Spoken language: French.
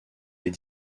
est